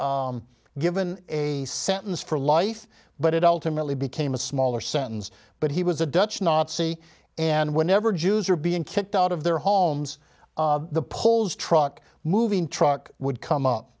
given a sentence for life but it ultimately became a smaller sentence but he was a dutch nazi and whenever jews are being kicked out of their homes the poles truck moving truck would come